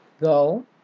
go